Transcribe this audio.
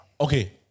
okay